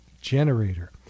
generator